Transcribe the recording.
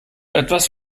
etwas